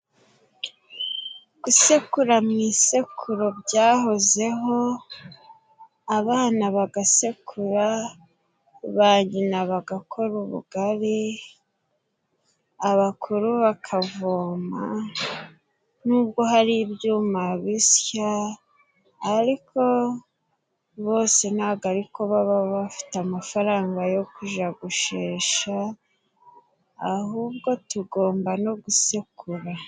Gusekura mu isekuru byahozeho, abana bagasekura ba nyina bagakora ubugari, abakuru bakavoma. Nubwo hari ibyuma bisya ariko bose ntabwo ari ko baba bafite amafaranga yo kujya gushesha ahubwo tugomba no gusekura.